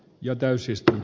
ja asiaan